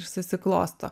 ir susiklosto